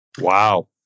Wow